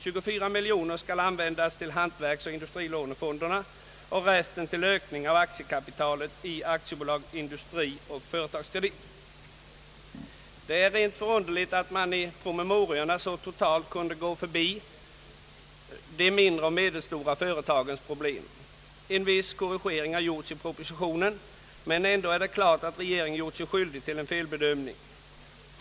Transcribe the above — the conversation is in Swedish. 24 miljoner kronor skall användas till hantverksoch industrilånefonderna och resten till ökning av aktiekapitalet i AB Industrikredit och AB Företagskredit. Det är rent förunderligt att man i promemoriorna så totalt kunde gå förbi de mindre och medelstora företagens problem. En viss korrigering har gjorts i propositionen, men ändå är det klart att regeringen gjort sig skyldig till en felbedömning.